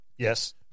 Yes